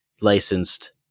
licensed